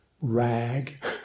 rag